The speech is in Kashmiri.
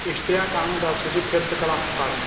اِشتیاق احمد حظ سُہ چھ فِفتہٕ کلاسس پران